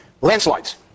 Landslides